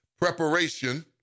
preparation